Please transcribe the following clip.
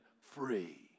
free